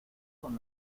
con